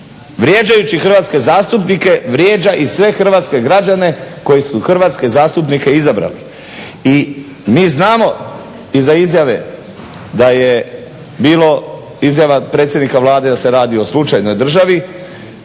Vrijeđajući hrvatske zastupnike vrijeđa i sve hrvatske građane koji su hrvatske zastupnike izabrali. I mi znamo i za izjave da je bilo izjava predsjednika Vlade da se radi o slučajnoj državi,